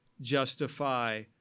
justify